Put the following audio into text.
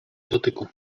dotyku